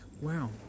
wow